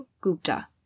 Gupta